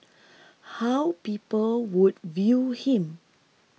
how people would view him